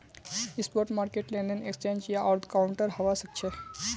spot market लेनदेन exchange या over the counter हवा सक्छे